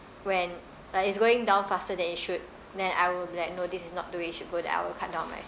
when like it's going down faster than it should then I will be like no this is not the way it should go then I will cut down my